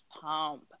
Pump